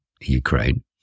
Ukraine